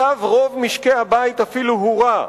ומצב רוב משקי-הבית אפילו הורע.